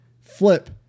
flip